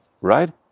right